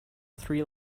three